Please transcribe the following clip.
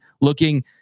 Looking